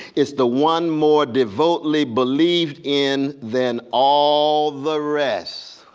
it's the one more devoutly believed in than all the rest.